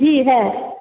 जी है